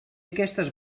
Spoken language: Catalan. aquestes